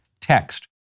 text